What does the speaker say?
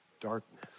darkness